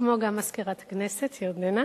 כמו גם מזכירת הכנסת, ירדנה.